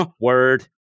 word